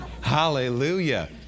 Hallelujah